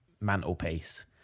mantelpiece